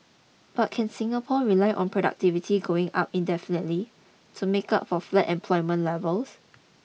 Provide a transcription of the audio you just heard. but can Singapore rely on productivity going up indefinitely to make up for flat employment levels